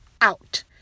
out